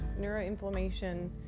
neuroinflammation